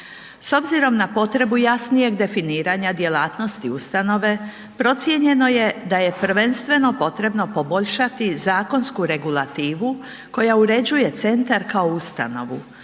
S obzirom na potrebu jasnijeg definiranja djelatnosti ustanove, procijenjeno je da je prvenstveno potrebno poboljšati zakonsku regulativu koja uređuje centar kao ustanovu,